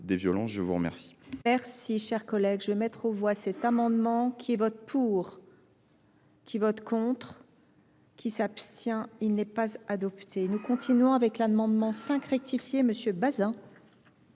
je vous remercie